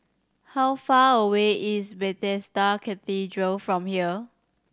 how far away is Bethesda Cathedral from here